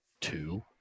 two